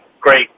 great